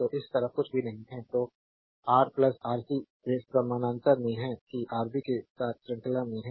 तो इस तरफ कुछ भी नहीं है और तो रा आर सी वे समानांतर में है कि आरबी के साथ श्रृंखला में हैं